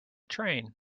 train